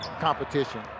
competition